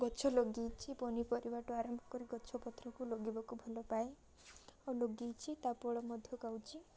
ଗଛ ଲଗେଇଛି ପନିପରିବାଠୁ ଆରମ୍ଭ କରି ଗଛ ପତ୍ରକୁ ଲଗେଇବାକୁ ଭଲ ପାଏ ଆଉ ଲଗେଇଛି ତାଫଳ ମଧ୍ୟ ଖାଉଛିି